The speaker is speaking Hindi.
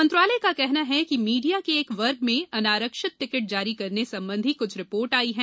मंत्रालय का कहना है कि मीडिया के एक वर्ग में अनारक्षित टिकट जारी करने संबंधी कुछ रिपोर्ट आई हैं